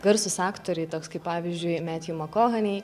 garsūs aktoriai toks kaip pavyzdžiui metju mkohani